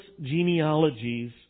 genealogies